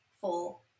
full